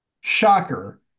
shocker